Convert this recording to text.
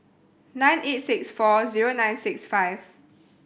nine eight six four zero nine six five